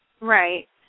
Right